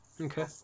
Okay